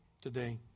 today